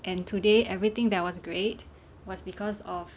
and today everything that was great was because of